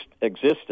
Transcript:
existence